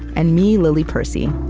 and me, lily percy.